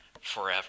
forever